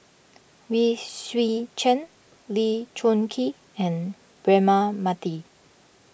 Wee Swee Chen Lee Choon Kee and Braema Mathi